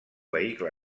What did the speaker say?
vehicle